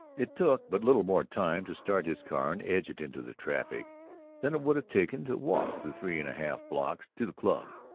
it took but little more time to start his car and edge it into the traffic than it would have taken to walk the three and a half blocks to the club.